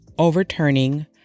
overturning